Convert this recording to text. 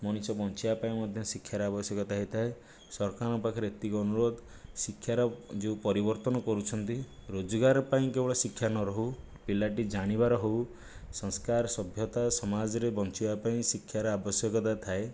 ମଣିଷ ବଞ୍ଚିବା ପାଇଁ ମଧ୍ୟ ଶିକ୍ଷାର ଆବଶ୍ୟକତା ହେଇଥାଏ ସରକାରଙ୍କ ପାଖରେ ଏତିକି ଅନୁରୋଧ ଶିକ୍ଷାର ଯୋଉ ପରିବର୍ତ୍ତନ କରୁଛନ୍ତି ରୋଜଗାର ପାଇଁ କେବଳ ଶିକ୍ଷା ନ ରହୁ ପିଲାଟି ଜାଣିବାର ହେଉ ସଂସ୍କାର ସଭ୍ୟତା ସମାଜରେ ବଞ୍ଚିବା ପାଇଁ ଶିକ୍ଷାର ଆବଶ୍ୟକତା ଥାଏ